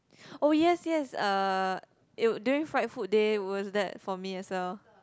oh yes yes uh eh during fried food day was that for me as well